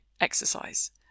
exercise